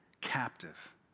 captive